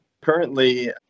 Currently